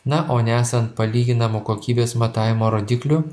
na o nesant palyginamų kokybės matavimo rodiklių